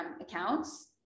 accounts